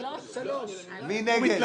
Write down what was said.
1 הרביזיה מס' 11 של הרשימה המשותפת לא נתקבלה.